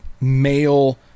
male